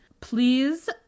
Please